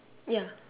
ya